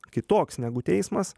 kitoks negu teismas